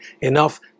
enough